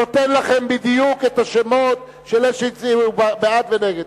זה נותן לכם בדיוק את השמות של אלה שהצביעו בעד ונגד.